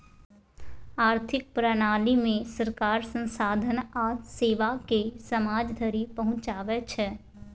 आर्थिक प्रणालीमे सरकार संसाधन आ सेवाकेँ समाज धरि पहुंचाबै छै